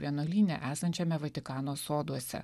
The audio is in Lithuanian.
vienuolyne esančiame vatikano soduose